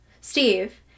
Steve